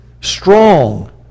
strong